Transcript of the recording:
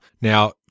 Now